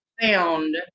found